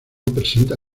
presenta